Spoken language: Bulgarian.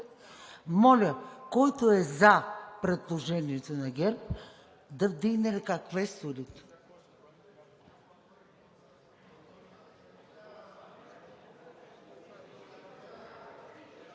Моля, който е за предложението на ГЕРБ, да вдигне ръка. Квесторите!